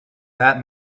that